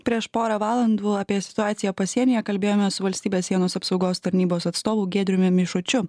prieš porą valandų apie situaciją pasienyje kalbėjomės valstybės sienos apsaugos tarnybos atstovu giedriumi mišučiu